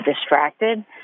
distracted